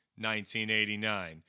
1989